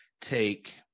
take